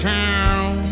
town